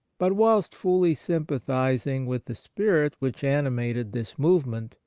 but whilst fully sympathizing with the spirit which animated this movement,